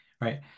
right